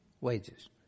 wages